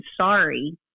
sorry